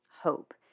hope